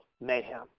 Mayhem